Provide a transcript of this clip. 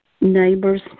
neighbors